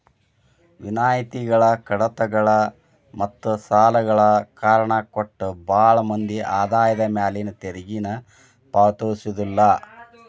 ವಿನಾಯಿತಿಗಳ ಕಡಿತಗಳ ಮತ್ತ ಸಾಲಗಳ ಕಾರಣ ಕೊಟ್ಟ ಭಾಳ್ ಮಂದಿ ಆದಾಯದ ಮ್ಯಾಲಿನ ತೆರಿಗೆನ ಪಾವತಿಸೋದಿಲ್ಲ